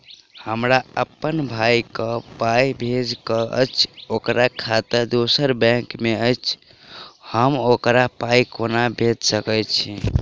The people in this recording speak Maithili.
हमरा अप्पन भाई कऽ पाई भेजि कऽ अछि, ओकर खाता दोसर बैंक मे अछि, हम ओकरा पाई कोना भेजि सकय छी?